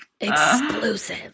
Exclusive